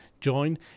join